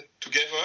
together